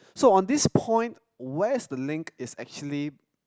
so on this point where's the link is actually